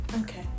Okay